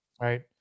right